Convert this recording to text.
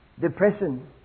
depression